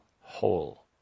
whole